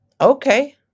Okay